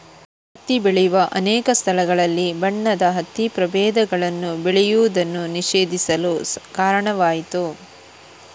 ಹತ್ತಿ ಬೆಳೆಯುವ ಅನೇಕ ಸ್ಥಳಗಳಲ್ಲಿ ಬಣ್ಣದ ಹತ್ತಿ ಪ್ರಭೇದಗಳನ್ನು ಬೆಳೆಯುವುದನ್ನು ನಿಷೇಧಿಸಲು ಕಾರಣವಾಯಿತು